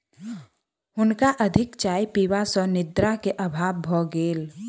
हुनका अधिक चाय पीबा सॅ निद्रा के अभाव भ गेल